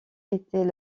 était